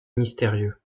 mystérieux